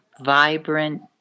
vibrant